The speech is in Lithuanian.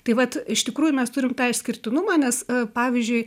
tai vat iš tikrųjų mes turim tą išskirtinumą nes pavyzdžiui